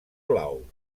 blau